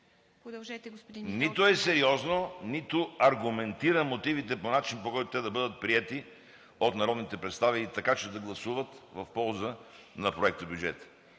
…нито е сериозно, нито аргументира мотивите по начин, по който те да бъдат приети от народните представители, така че да гласуват в полза на проектобюджета.